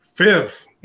Fifth